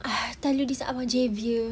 tell you this !alamak! javier